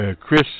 Chris